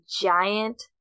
giant